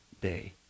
day